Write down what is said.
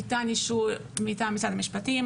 ניתן אישור מטעם משרד המשפטים,